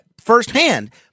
firsthand